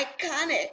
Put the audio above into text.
iconic